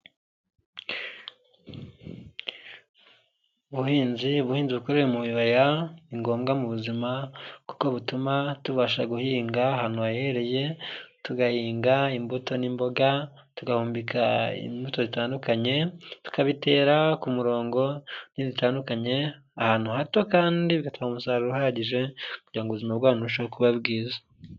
Ubuhinzi. Ubuhinzi bukoreye mu bibaya ni ngombwa mu buzima kuko butuma tubasha guhinga ahantu hahereye, tugahinga imbuto n'imboga tugahumbika imbuto zitandukanye , tukabitera ku murongo itandukanye ahantu hato kandi bituma umusaruro uhagije kugira ubuzima bwanyu burusheho kuba bwiza.